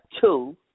two